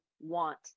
want